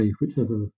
whichever